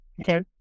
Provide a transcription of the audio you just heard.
Okay